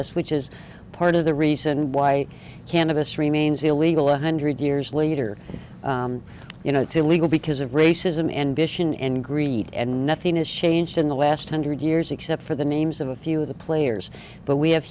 us which is part of the reason why cannabis remains illegal one hundred years later you know it's illegal because of racism and bishan and greed and nothing has changed in the last hundred years except for the names of a few of the players but we have